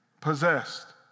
possessed